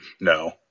no